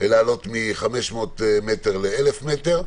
להעלות מ-500 מטר ל-1000 מטר.